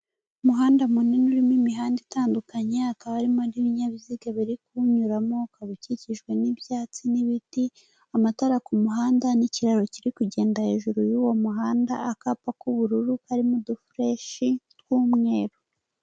Umuhanda munini urimo imihanda itandukanye, hakaba harimo n'ibinyabiziga biri kuwunyuramo, ukaba ukikijwe n'ibyatsi n'ibiti, amatara ku muhanda n'ikiraro kiri kugenda hejuru y'uwo muhanda, akapa k'ubururu karimo udufureshi tw'umweru.